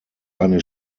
eine